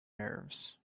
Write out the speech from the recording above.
nerves